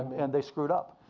and they screwed up.